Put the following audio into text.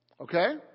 Okay